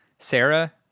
Sarah